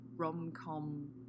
rom-com